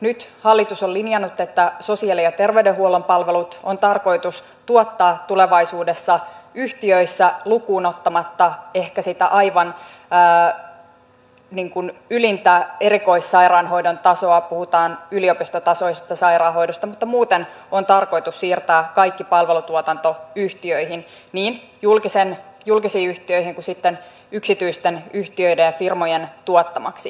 nyt hallitus on linjannut että sosiaali ja terveydenhuollon palvelut on tarkoitus tuottaa tulevaisuudessa yhtiöissä lukuun ottamatta ehkä sitä aivan ylintä erikoissairaanhoidon tasoa puhutaan yliopistotasoisesta sairaanhoidosta eli muuten on tarkoitus siirtää kaikki palvelutuotanto yhtiöihin niin julkisiin yhtiöihin kuin sitten yksityisten yhtiöiden ja firmojen tuottamaksi